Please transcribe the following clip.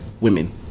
women